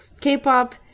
K-pop